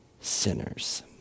sinners